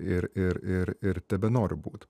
ir ir ir ir tebenoriu būt